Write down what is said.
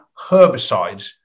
herbicides